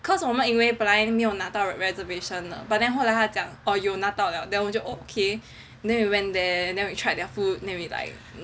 cause 我们以为本来没有拿到 reservation 了 but then 后来他讲有拿到了 then 我们就 oh ok then we went there then we tried their food then we were like nah